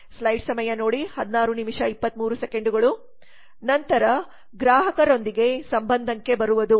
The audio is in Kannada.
ನಂತರ ಗ್ರಾಹಕರೊಂದಿಗೆ ಸಂಬಂಧಕ್ಕೆ ಬರುವುದು